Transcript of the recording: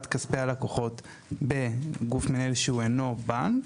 כספי הלקוחות בגוף מנהל שהוא אינו בנק.